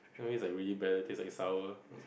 sometimes it is really bad it tastes sour